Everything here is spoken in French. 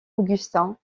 augustin